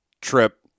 trip